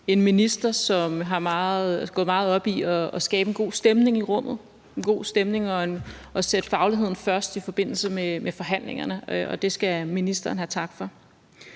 en minister, som går meget op i at skabe en god stemning i rummet og sætte fagligheden først i forbindelse med forhandlingerne. Det skal ministeren have tak for.